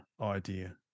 idea